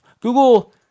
google